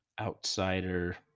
outsider